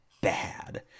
bad